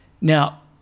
Now